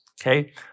okay